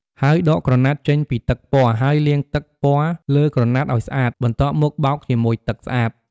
ហើយដកក្រណាត់ចេញពីទឹកពណ៌ ហើយលាងទឹកពណ៌លើក្រណាត់អោយស្អាត បន្ទាប់មកបោកជាមួយទឹកស្អាត។